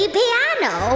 piano